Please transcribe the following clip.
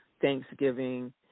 Thanksgiving